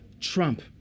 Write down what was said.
Trump